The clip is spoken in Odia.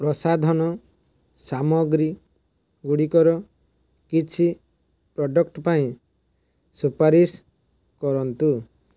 ପ୍ରସାଧନ ସାମଗ୍ରୀ ଗୁଡ଼ିକର କିଛି ପ୍ରଡ଼କ୍ଟ ପାଇଁ ସୁପାରିଶ କରନ୍ତୁ